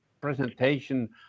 presentation